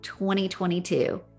2022